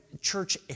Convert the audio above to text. church